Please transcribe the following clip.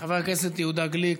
חבר הכנסת יהודה גליק,